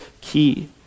key